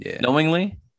knowingly